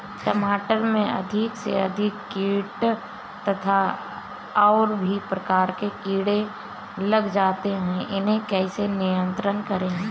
टमाटर में अधिक से अधिक कीट तथा और भी प्रकार के कीड़े लग जाते हैं इन्हें कैसे नियंत्रण करें?